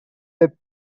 web